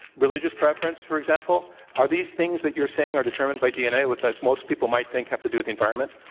religious preference, for example. are these things that you're saying are determined by dna, what that most people might think have to do with the environment?